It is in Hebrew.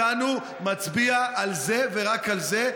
אז כל אחד מאיתנו מצביע על זה ורק על זה,